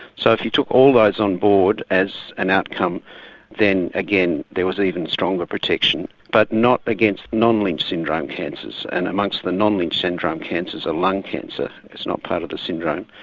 so if you took all those on board as an outcome then again there was even stronger protection but not against non-lynch syndrome cancers and amongst the non-lynch syndrome cancers are lung cancer, it is not part of the syndrome,